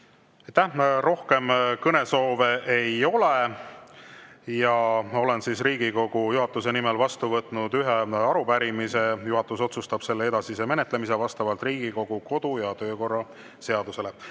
Aitäh! Rohkem kõnesoove ei ole. Olen Riigikogu juhatuse nimel vastu võtnud ühe arupärimise. Juhatus otsustab selle edasise menetlemise vastavalt Riigikogu kodu- ja töökorra seadusele.